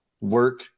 work